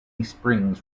springs